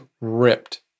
ripped